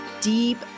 deep